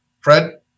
Fred